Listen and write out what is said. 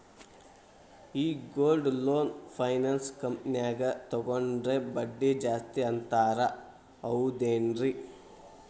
ಈ gold loan finance ಕಂಪನ್ಯಾಗ ತಗೊಂಡ್ರೆ ಬಡ್ಡಿ ಜಾಸ್ತಿ ಅಂತಾರ ಹೌದೇನ್ರಿ?